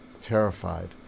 terrified